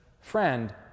Friend